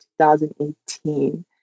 2018